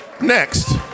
next